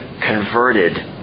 converted